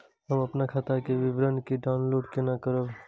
हम अपन खाता के विवरण के डाउनलोड केना करब?